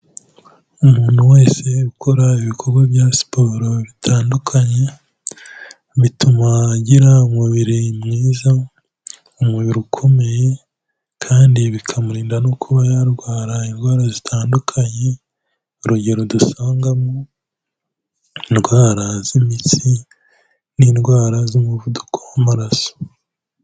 Umuntu wese ukora ibikorwa bya siporo bitandukanye, bituma agira umubiri mwiza. Umubiri ukomeye kandi bikamurinda no kuba yarwara indwara zitandukanye urugero dusangamo indwara z'imitsi ,n'indwara z'umuvuduko w'amaraso.